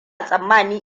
tsammani